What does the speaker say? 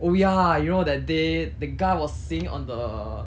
oh ya you know that day the guy was singing on the